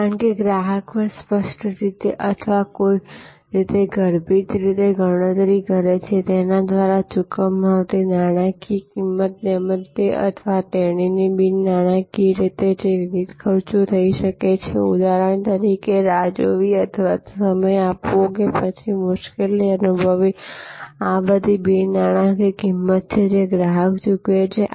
કારણ કે ગ્રાહક પણ સ્પષ્ટ રીતે અથવા કોઈક રીતે ગર્ભિત રીતે ગણતરી કરે છે તેના દ્વારા ચૂકવવામાં આવતી નાણાકીય કિંમત તેમજ તે અથવા તેણીને બિન નાણાકીય રીતે જે વિવિધ ખર્ચો થઈ શકે છે ઉદાહરણ તરીકે રાહ જોવી અથવા સમય આપવો કે પછી મુશ્કેલી અનુભવી આ બધી બિન નાણાકીય કિમત છે જે ગ્રાહક ચૂકવે છે